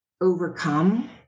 overcome